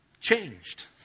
changed